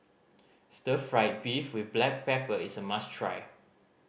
stir fried beef with black pepper is a must try